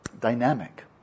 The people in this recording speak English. dynamic